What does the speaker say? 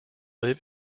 live